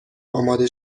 آماده